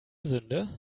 sünde